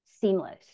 seamless